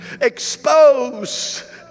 expose